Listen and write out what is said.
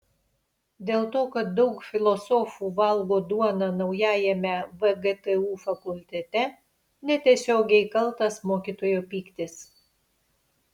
dėl to kad daug filosofų valgo duoną naujajame vgtu fakultete netiesiogiai kaltas mokytojo pyktis